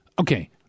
Okay